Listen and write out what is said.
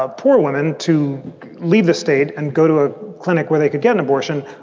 ah poor women to leave the state and go to a clinic where they could get an abortion.